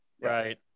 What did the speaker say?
right